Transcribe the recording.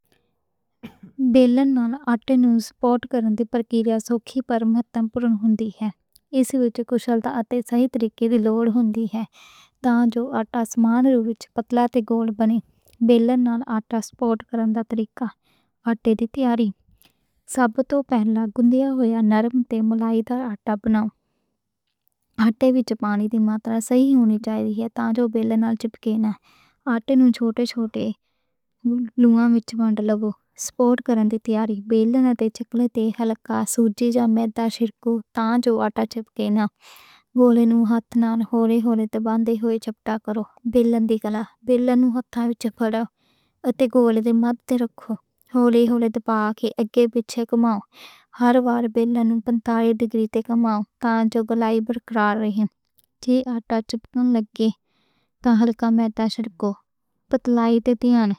بیلن نال آٹے نوں سپوٹ کرنے دے سوکھی پر محنت تے تمرین ہوندی ہے۔ اس وِچ کُشلتا اتے صحیح طریقے لئی لوڑ ہوندی ہے تاکہ آٹا سمان رو وچ پتلا تے گول بنے۔ بیلن نال آٹا سپوٹ کرنے دا طریقہ تے تیاری سب توں پہلا گندیا ہویا نرم ملائم آٹا، پانی دی مقدار صحیح ہونی چاہیدی ہے تاکہ بیلن نال چپکے نہ۔ آٹے نوں چھوٹے لوئے وچ بانھ لو سپوٹ کرنے دی تیاری، بیلنا دے چکلے تے ہلکا تاکہ آٹا چپکے نہ۔ گولے نوں ہتھاں ہولے ہولے تے بانھ دے ہوئے چپٹا کرو۔ بیلن دی کلا بیلن نوں وچوں پرو اتے گولے دی مقدار نوں ہولے ہولے تبع کے آکے اگے وچ گھماؤ۔ ہر وار بیلن نوں پینتالیس درجے تے گھماؤ تاکہ گولائی برقرار رہے۔ جے آٹا چپکن لگے تاں ہلکا میدا سدکو، پتلائی تے دھیان۔